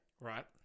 Right